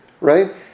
right